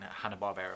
Hanna-Barbera